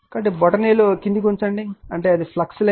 కాబట్టి బొటనవేలు అది క్రిందికి ఉంచండి అంటే ఇది ఫ్లక్స్ లైన్